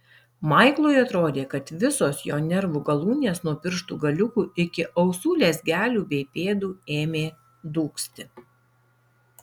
maiklui atrodė kad visos jo nervų galūnės nuo pirštų galiukų iki ausų lezgelių bei pėdų ėmė dūgzti